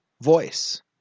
voice